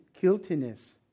guiltiness